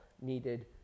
needed